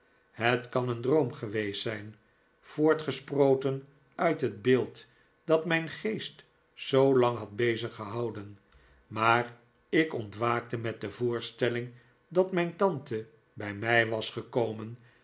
het kan een droom geweest zijn voortgesproten uit het beeld dat mijn geest zoo lang had beziggehouden maar ik ontwaakte met de voorstelling dat mijn tante bij mij was gekomen